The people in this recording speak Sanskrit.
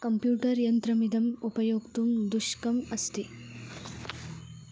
कम्प्यूटर् यन्त्रमिदम् उपयोक्तुं दुष्कम् अस्ति